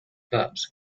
verbs